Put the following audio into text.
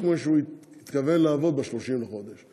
כמו שהוא היה אמור לעבוד ב-30 באפריל.